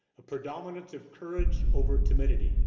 a predominance of courage over timidity